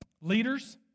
leaders